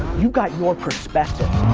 you got your perspective.